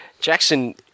Jackson